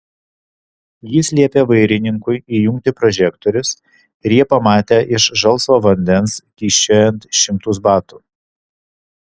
jis liepė vairininkui įjungti prožektorius ir jie pamatė iš žalsvo vandens kyščiojant šimtus batų